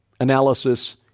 analysis